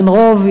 הן רוב,